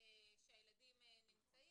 שהילדים נמצאים.